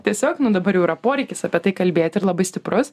tiesiog nu dabar jau yra poreikis apie tai kalbėti ir labai stiprus